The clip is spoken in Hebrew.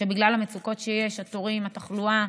שבגלל המצוקות שיש, התורים, התחלואה,